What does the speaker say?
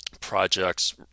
projects